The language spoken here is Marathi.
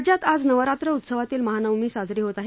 राज्यात आज नवरात्र उत्सवातील महानवमी साजरी होत आहे